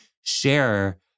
share